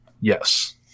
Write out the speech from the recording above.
Yes